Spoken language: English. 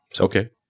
Okay